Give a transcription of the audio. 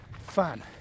Fun